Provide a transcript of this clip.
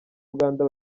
uganda